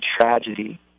tragedy